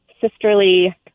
sisterly